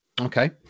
Okay